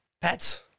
Pets